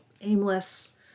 aimless